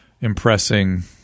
impressing